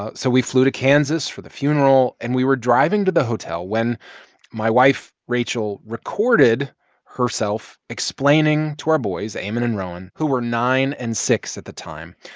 ah so we flew to kansas for the funeral. and we were driving to the hotel when my wife, rachel, recorded herself explaining to our boys amen and rowan, who were nine and six at the time,